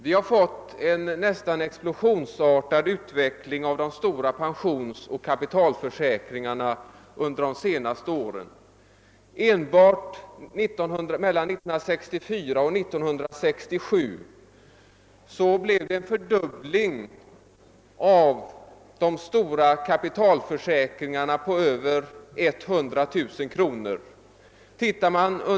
Vi har fått en nästan explosionsartad utveckling av de stora pensionsoch kapitalförsäkringarna under de senaste åren. Enbart mellan 1964 och 1967 blev det en fördubbling av andelen för de stora kapitalförsäkringarna på över 100 000 kronor.